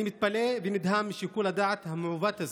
אני מתפלא ונדהם משיקול הדעת המעוות הזה,